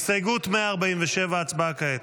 הסתייגות 147, הצבעה כעת.